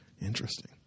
Interesting